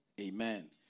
Amen